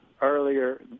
earlier